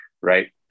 right